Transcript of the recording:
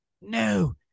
No